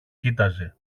κοίταζε